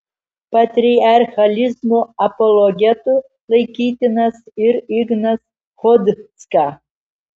patriarchalizmo apologetu laikytinas ir ignas chodzka